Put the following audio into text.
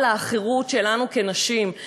על האחרו ת שלנו כנשים.